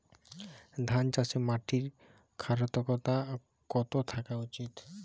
ধান চাষে মাটির ক্ষারকতা কত থাকা উচিৎ?